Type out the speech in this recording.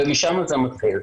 ומשם זה מתחיל.